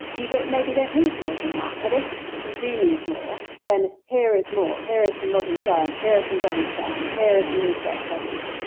you maybe don't need more than that. but if you do need more, then here is more. here is some modern science. here is some brain scans. here is some research studies.